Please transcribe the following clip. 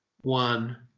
one